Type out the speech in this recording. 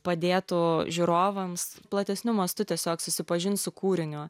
padėtų žiūrovams platesniu mastu tiesiog susipažint su kūriniu